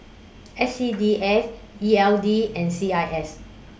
S C D F E L D and C I S